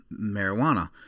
marijuana